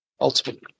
ultimately